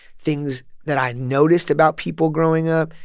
things that i noticed about people growing up,